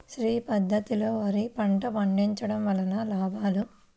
శ్రీ పద్ధతిలో వరి పంట పండించడం వలన లాభాలు?